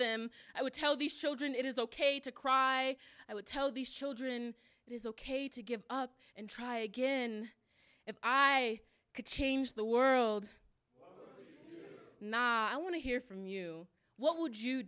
them i would tell these children it is ok to cry i would tell these children it is ok to give up and try again if i could change the world i want to hear from you what would you